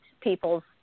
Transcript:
people's